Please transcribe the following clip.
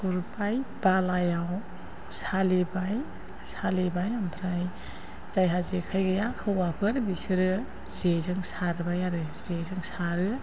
गुरबाय बालायाव सालिबाय ओमफ्राय जायहा जेखाइ गैया हौवाफोर बिसोरो जेजों सारबाय आरो जेजों सारो